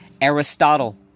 Aristotle